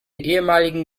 ehemaligen